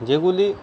যেগুলি